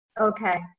Okay